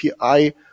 API